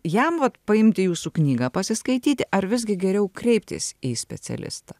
jam vat paimti jūsų knygą pasiskaityti ar visgi geriau kreiptis į specialistą